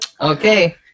Okay